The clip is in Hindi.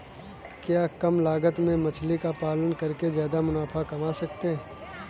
क्या कम लागत में मछली का पालन करके ज्यादा मुनाफा कमा सकते हैं?